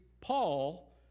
Paul